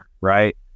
right